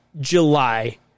July